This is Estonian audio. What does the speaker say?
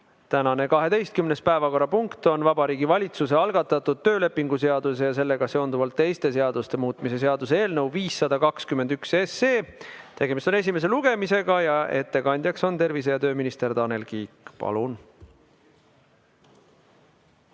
Tänane 12. päevakorrapunkt on Vabariigi Valitsuse algatatud töölepingu seaduse ja sellega seonduvalt teiste seaduste muutmise seaduse eelnõu 521. Tegemist on esimese lugemisega ja ettekandjaks on tervise‑ ja tööminister Tanel Kiik. Palun!